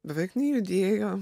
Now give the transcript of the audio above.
beveik nejudėjo